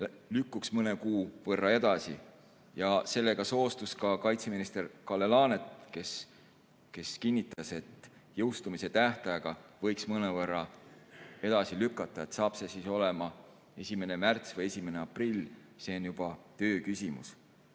lükkuks mõne kuu võrra edasi. Ja sellega soostus ka kaitseminister Kalle Laanet, kes kinnitas, et jõustumise tähtaega võib mõnevõrra edasi lükata. Saab see siis olema 1. märts või 1. aprill, see on juba töö küsimus.